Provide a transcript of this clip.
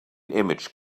image